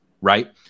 right